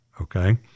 okay